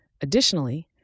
Additionally